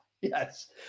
Yes